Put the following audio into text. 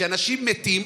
כשאנשים מתים,